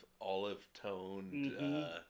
olive-toned